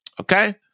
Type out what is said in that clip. Okay